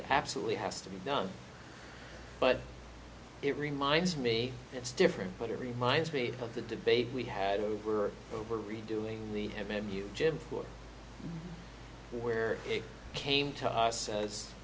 it absolutely has to be done but it reminds me it's different but it reminds me of the debate we had were over redoing the had made new gym floor where it came to us